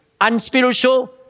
unspiritual